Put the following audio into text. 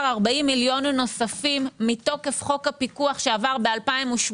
40 מיליון נוספים מתוקף חוק הפיקוח שעבר ב-2018.